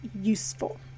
useful